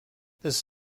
this